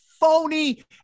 phony